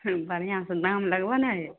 हँ बढ़िऑं सऽ दाम लगबऽ ने हे